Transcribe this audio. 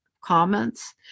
comments